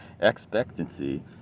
expectancy